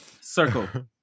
Circle